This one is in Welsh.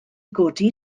godi